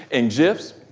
and gifs.